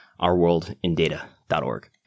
ourworldindata.org